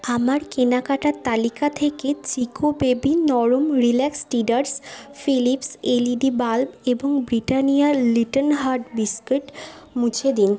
আমার কেনাকাটার তালিকা থেকে চিকো বেবি নরম relax teethers Philips LED bulb এবং ব্রিটানিয়া লিটিল হার্ট বিসকুট মুছে দিন